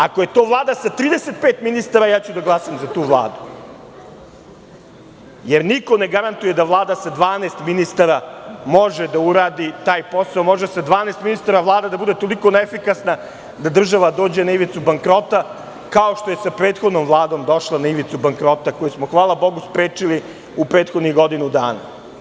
Ako je to Vlada sa 35 ministara, ja ću da glasam za tu Vladu, jer niko ne garantuje da Vlada sa 12 ministara može da uradi taj posao, može sa 12 ministara Vlada da bude toliko neefikasna da država dođe na ivicu bankrota, kao što je sa prethodnom Vladom došla na ivicu bankrota, koji smo, hvala Bogu sprečili u prethodnih godinu dana.